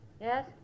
Yes